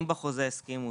אם בחוזה הסכימו